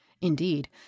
Indeed